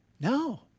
No